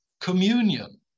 communion